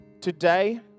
today